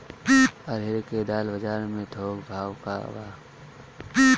अरहर क दाल बजार में थोक भाव का बा?